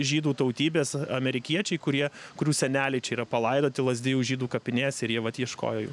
žydų tautybės amerikiečiai kurie kurių seneliai čia yra palaidoti lazdijų žydų kapinėse ir jie vat ieškojo jų